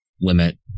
Limit